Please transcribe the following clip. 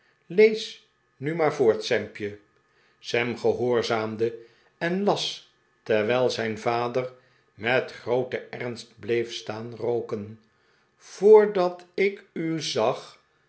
lees nu maar voort sampje sam gehoorzaamde en las terwijl zijn vader met grooten ernst bleef staan rooken voordat ik u zag